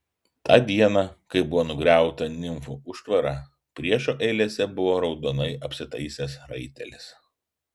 tą dieną kai buvo nugriauta nimfų užtvara priešo eilėse buvo raudonai apsitaisęs raitelis